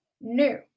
new